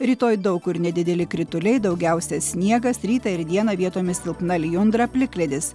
rytoj daug kur nedideli krituliai daugiausia sniegas rytą ir dieną vietomis silpna lijundra plikledis